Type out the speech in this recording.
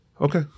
Okay